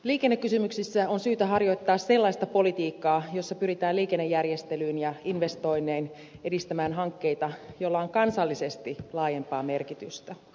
liikennekysymyksissä on syytä harjoittaa sellaista politiikkaa jossa pyritään liikennejärjestelyin ja investoinnein edistämään hankkeita joilla on kansallisesti laajempaa merkitystä